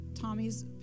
Tommy's